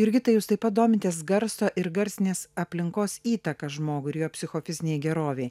jurgita jūs taip pat domitės garso ir garsinės aplinkos įtaka žmogui ir jo psichofizinei gerovei